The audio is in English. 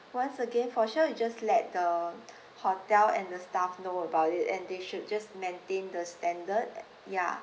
once again for sure you just let the hotel and the staff know about it and they should just maintain the standard ya